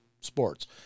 Sports